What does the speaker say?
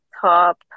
Top